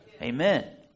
Amen